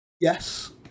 Yes